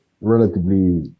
relatively